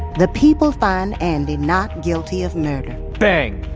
the people find andi not guilty of murder bang!